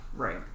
Right